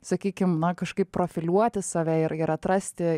sakykim na kažkaip profiliuoti save ir ir atrasti